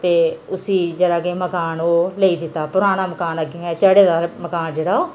ते उसी जेह्ड़ी के मकान ओह् लेई दित्ता पराना मकान अग्गें गै झड़े दा मकान जेह्ड़ा ओह्